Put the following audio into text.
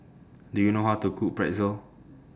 Do YOU know How to Cook Pretzel